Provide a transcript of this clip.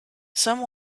some